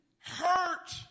hurt